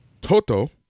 toto